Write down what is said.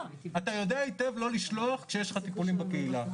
היא רוצה לפתח את השירותים בקהילה.